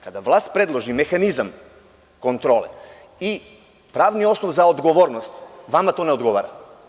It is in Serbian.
Kada vlast predloži mehanizam kontrole i pravni osnov za odgovornost, vama to ne odgovara.